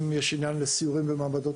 אם יש עניין לסיורים ומעבדות,